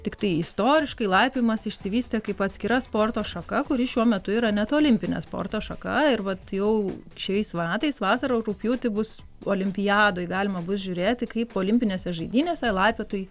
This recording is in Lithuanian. tiktai istoriškai laipiojimas išsivystė kaip atskira sporto šaka kuri šiuo metu yra net olimpinė sporto šaka ir vat jau šiais metais vasarą rugpjūtį bus olimpiadoje galima bus žiūrėti kaip olimpinėse žaidynėse laipiotojai